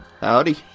Howdy